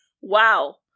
Wow